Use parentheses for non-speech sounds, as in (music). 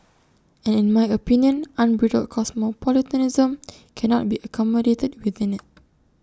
and in my opinion unbridled cosmopolitanism cannot be accommodated within IT (noise)